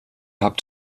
habt